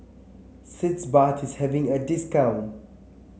Sitz Bath is having a discount